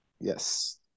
Yes